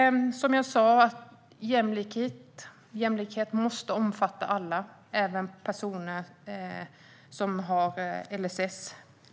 Som jag sa: Jämlikhet måste omfatta alla.